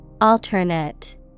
Alternate